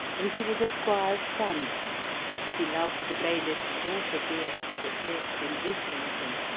and he was a squire's son he loved the bayliffe's daughter deare, that lived in islington.